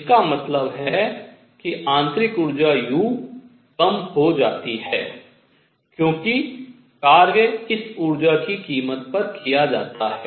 इसका मतलब है कि आंतरिक ऊर्जा u कम हो जाती है क्योंकि कार्य इस ऊर्जा की कीमत पर किया जाता है